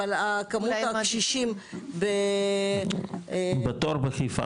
אבל כמות הקשישים ב- בתור בחיפה,